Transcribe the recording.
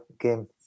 game